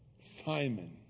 Simon